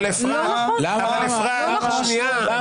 לא נכון.